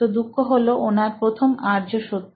তো দুঃখ হলো ওনার প্রথম আর্য সত্য